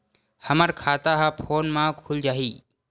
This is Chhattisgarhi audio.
हमर खाता ह फोन मा खुल जाही?